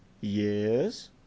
Yes